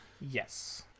Yes